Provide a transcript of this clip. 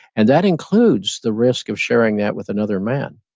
and that includes the risk of sharing that with another man.